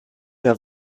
der